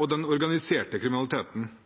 og den organiserte kriminaliteten.